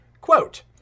Quote